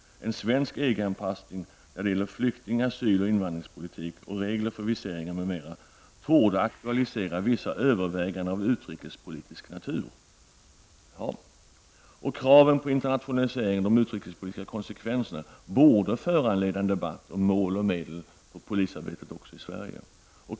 En svensk EG-anpassning när det gäller flykting-, asyl och invandringspolitik samt regler för viseringar m.m. torde ''aktualisera vissa överväganden av utrikespolitisk natur''. Jaha. Kraven på internationalisering och de utrikespolitiska konsekvenserna borde föranleda en debatt om mål och medel för polisarbetet också i Sverige.